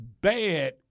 bad